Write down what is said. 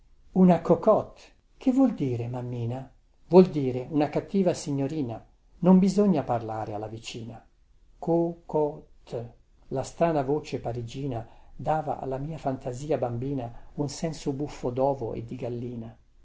una cocotte che vuol dire mammina vuol dire una cattiva signorina non bisogna parlare alla vicina co co tte la strana voce parigina dava alla mia fantasia bambina un senso buffo dovo e di gallina